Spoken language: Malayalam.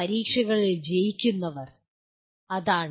പരീക്ഷകളിൽ വിജയിക്കുന്നവർ അതാണ്